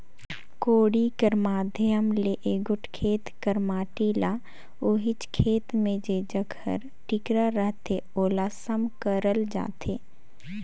कोड़ी कर माध्यम ले एगोट खेत कर माटी ल ओहिच खेत मे जेजग हर टिकरा रहथे ओला सम करल जाथे